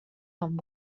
amb